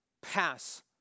pass